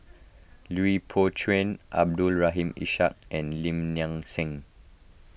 Lui Pao Chuen Abdul Rahim Ishak and Lim Nang Seng